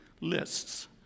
lists